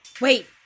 Wait